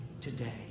today